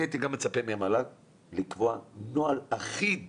אני הייתי גם מצפה מהמל"ג לקבוע נוהל אחיד